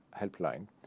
Helpline